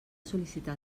sol·licitar